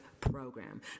program